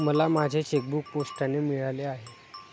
मला माझे चेकबूक पोस्टाने मिळाले आहे